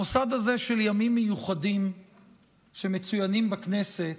המוסד הזה של ימים מיוחדים שמצוינים בכנסת